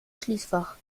schließfach